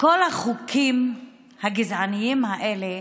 כל החוקים הגזעניים האלה,